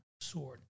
sword